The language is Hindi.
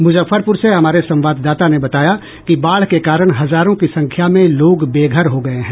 मुजफ्फरपुर से हमारे संवाददाता ने बताया कि बाढ़ के कारण हजारों की संख्या में लोग बेघर हो गये हैं